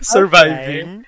Surviving